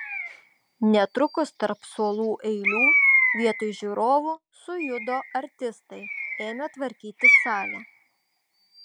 netrukus tarp suolų eilių vietoj žiūrovų sujudo artistai ėmė tvarkyti salę